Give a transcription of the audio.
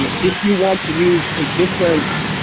and if you want to use a different,